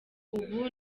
ubu